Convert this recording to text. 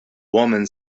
woman